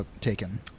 taken